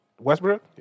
Westbrook